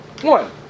one